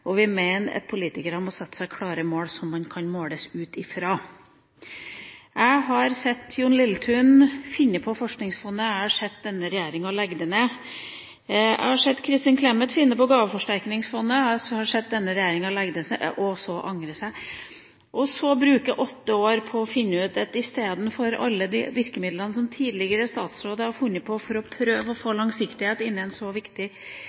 og vi mener at politikerne må sette seg klare mål, som man kan måles ut ifra. Jeg har sett Jon Lilletun finne på Forskningsfondet, og jeg har sett denne regjeringa legge det ned. Jeg har sett Kristin Clemet finne på Gaveforsterkningsfondet, og jeg har sett denne regjeringa legge det ned, for så å angre seg. Så bruker regjeringa åtte år på å finne ut og si at istedenfor alle de virkemidlene tidligere statsråder har funnet på for å prøve å få langsiktighet i en så viktig